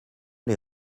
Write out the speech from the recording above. les